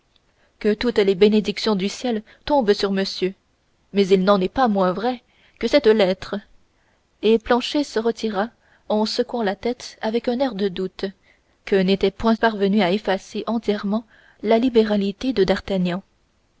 que toutes les bénédictions du ciel tombent sur monsieur mais il n'en est pas moins vrai que cette lettre et planchet se retira en secouant la tête avec un air de doute que n'était point parvenu à effacer entièrement la libéralité de d'artagnan